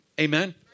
Amen